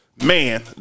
Man